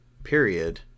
period